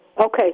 Okay